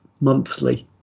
monthly